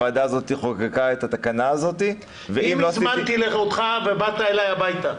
הוועדה הזאת חוקקה את התקנה הזאת --- אם הזמנתי אותך ובאת אלי הביתה.